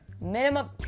Minimum